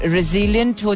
Resilient